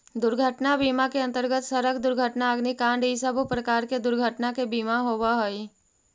दुर्घटना बीमा के अंतर्गत सड़क दुर्घटना अग्निकांड इ सब प्रकार के दुर्घटना के बीमा होवऽ हई